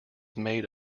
made